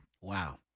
Wow